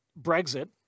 Brexit